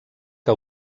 que